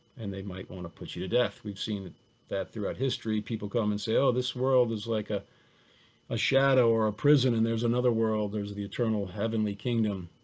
and they might want to put you to death. we've seen that throughout history. people come and say, oh, this world is like ah a shadow or a prison and there's another world there's the eternal heavenly kingdom.